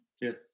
Yes